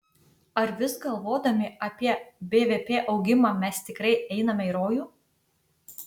ar vis galvodami apie bvp augimą mes tikrai einame į rojų